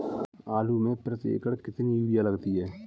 आलू में प्रति एकण कितनी यूरिया लगती है?